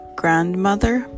grandmother